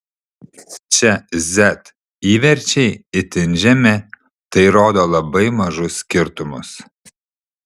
čia z įverčiai itin žemi tai rodo labai mažus skirtumus